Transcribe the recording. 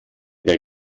der